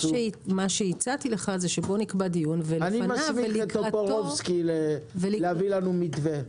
אני מסמיך את טופורובסקי להביא לנו מתווה.